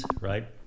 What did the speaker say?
right